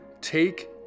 take